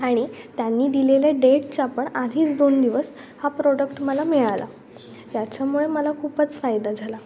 आणि त्यांनी दिलेल्या डेटचा पण आधीच दोन दिवस हा प्रॉडक्ट मला मिळाला याच्यामुळे मला खूपच फायदा झाला